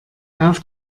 auf